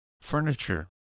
Furniture